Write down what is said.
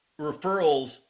referrals